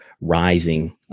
rising